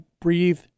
breathe